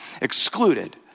excluded